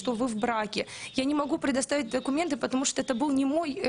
למשל אני ובן שאנחנו זוג שאנחנו נשואים.